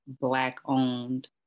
Black-owned